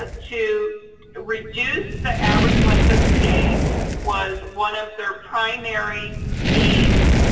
ah to to reduce the average length of stay was one of their primary aims,